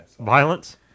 violence